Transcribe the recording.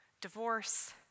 divorce